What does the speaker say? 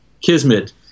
kismet